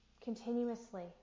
continuously